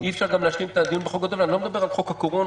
לא מדבר על חוק הקורונה,